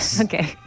Okay